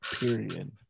period